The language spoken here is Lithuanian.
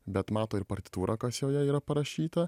bet mato ir partitūrą kas joje yra parašyta